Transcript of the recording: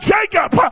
Jacob